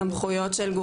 סמכויות של גורמים.